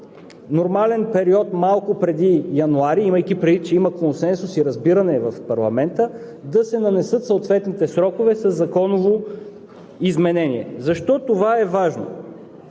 нормален период малко преди януари, имайки предвид, че има консенсус и разбиране в парламента, да се нанесат съответните срокове със законово изменение. Защо това е важно?